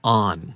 on